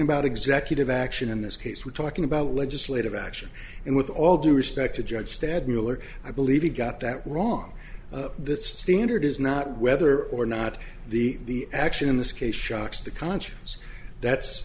about executive action in this case we're talking about legislative action and with all due respect to judge stad miller i believe you got that wrong that standard is not whether or not the action in this case shocks the conscience that's